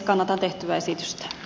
kannatan tehtyä esitystä